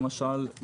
למשל,